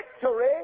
victory